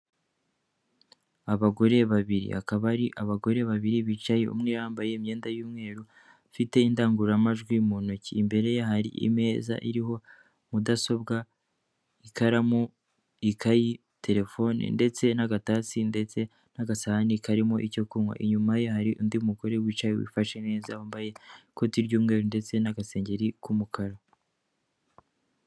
Abagore babiri, akaba ari abagore babiri bicaye, umwe yambaye imyenda y'umweru afite indangururamajwi mu ntoki, imbere ye hari imeza iriho mudasobwa, ikaramu ikayi, telefone ndetse n'agatasi ndetse n'agasahani karimo icyo kunywa, inyuma ye hari undi mugore wicaye wifashe neza wambaye ikoti ry'umweru ndetse n'agasengeri k'umukara.